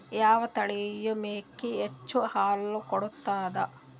ಯಾವ ತಳಿಯ ಮೇಕಿ ಹೆಚ್ಚ ಹಾಲು ಕೊಡತದ?